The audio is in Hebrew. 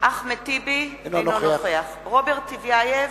אחמד טיבי, אינו נוכח רוברט טיבייב,